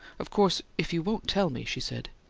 of course, if you won't tell me she said.